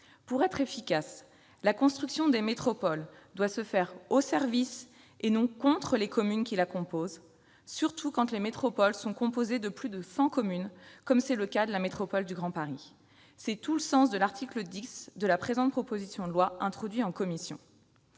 Pour être efficace, la construction des métropoles doit se faire au service des communes qui les composent et non contre elles, surtout quand les métropoles sont composées de plus de 100 communes, comme c'est le cas de la métropole du Grand Paris. C'est tout le sens de l'article 10 du présent texte introduit en commission.